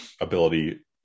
ability